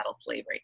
slavery